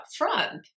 upfront